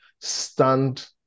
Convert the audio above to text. stand